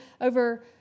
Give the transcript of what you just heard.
over